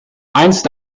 einst